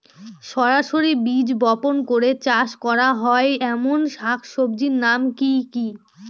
সরাসরি বীজ বপন করে চাষ করা হয় এমন শাকসবজির নাম কি কী?